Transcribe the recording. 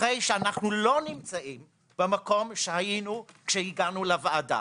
אנחנו לא נמצאים במקום שהיינו עת הגענו לוועדה